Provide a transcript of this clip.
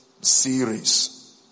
series